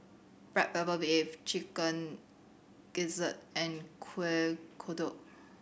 black pepper beef Chicken Gizzard and Kuih Kodok